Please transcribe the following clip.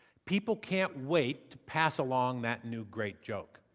people can't wait to pass along that new great joke.